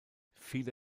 viele